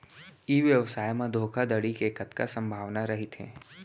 ई व्यवसाय म धोका धड़ी के कतका संभावना रहिथे?